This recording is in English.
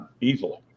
easily